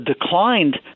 declined